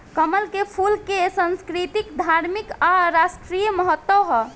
कमल के फूल के संस्कृतिक, धार्मिक आ राष्ट्रीय महत्व ह